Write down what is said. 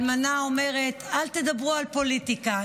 האלמנה אומרת: אל תדברו על פוליטיקה.